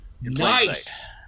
Nice